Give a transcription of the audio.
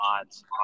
odds